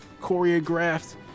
choreographed